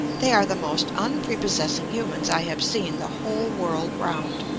they are the most unprepossessing humans i have seen the whole world round.